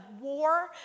war